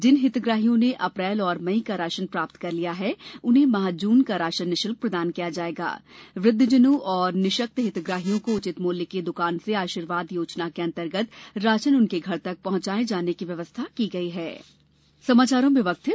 जिन हितग्राहियों ने अप्रैल एवं मई का राशन प्राप्त कर लिया है उन्हें माह जून का राशन निःशुल्क प्रदान किया जाएगा वृद्वजनों और निःशक्त हितग्राहियों को उचित मूल्य की दुकान से आशीर्वाद योजना के अंतर्गत राशन उनके घर तक पहुँचाए जाने की व्यवस्था की गई है